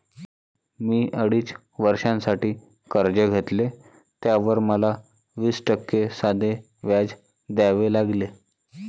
मी अडीच वर्षांसाठी कर्ज घेतले, त्यावर मला वीस टक्के साधे व्याज द्यावे लागले